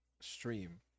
stream